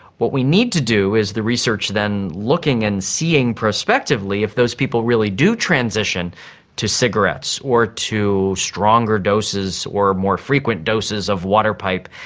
what we need to do is the research then looking and seeing prospectively if those people really do transition to cigarettes or to stronger doses or more frequent doses of water pipe.